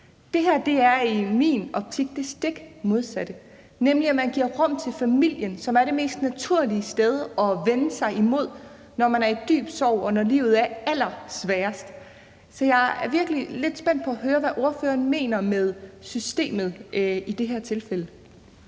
Det her er i min optik det stik modsatte, nemlig at man giver rum til familien, som er det mest naturlige sted at vende sig hen, når man er i dyb sorg, og når livet er allersværest. Så jeg er virkelig lidt spændt på at høre, hvad ordføreren mener med »systemet« i det her tilfælde.